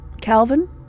Calvin